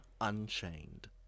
Unchained